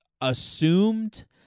assumed